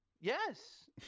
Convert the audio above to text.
Yes